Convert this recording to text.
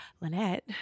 Lynette